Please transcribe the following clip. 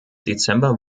dezember